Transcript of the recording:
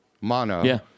mono